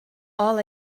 all